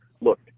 look